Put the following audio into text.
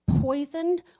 poisoned